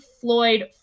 Floyd